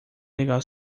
legal